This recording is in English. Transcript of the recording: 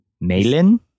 Malin